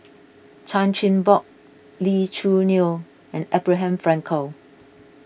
Chan Chin Bock Lee Choo Neo and Abraham Frankel